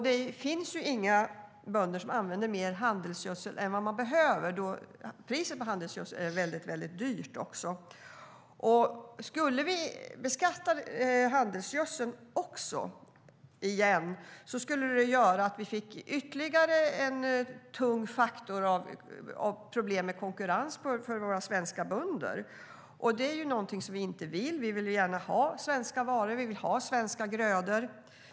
Det finns inga bönder som använder mer handelsgödsel än vad som behövs, för priset på handelsgödsel är väldigt högt. Skulle vi börja beskatta handelsgödsel igen skulle det göra att vi fick ytterligare en tung faktor och problem när det gäller konkurrens för svenska bönder. Det är någonting som vi inte vill. Vi vill gärna ha svenska varor och svenska grödor.